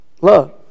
Love